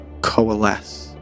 coalesce